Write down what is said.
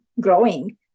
growing